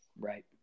Right